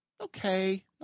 okay